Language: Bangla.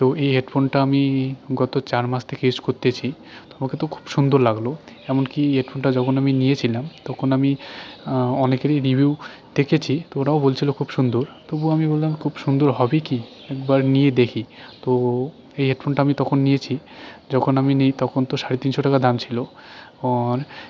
তো এই হেডফোনটা আমি গত চার মাস থেকে ইউজ করতেছি তো আমাকে তো খুব সুন্দর লাগলো এমনকি হেডফোনটা যখন আমি নিয়েছিলাম তখন আমি অনেকেরই রিভিউ দেখেছি তো ওরাও বলছিলো খুব সুন্দর তবু আমি ভাবলাম খুব সুন্দর হবে কি একবার নিয়ে দেখি তো এই হেডফোনটা আমি তখন নিয়েছি যখন আমি নিই তখন তো সাড়ে তিনশো টাকা দাম ছিল আর